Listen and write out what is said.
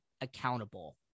accountable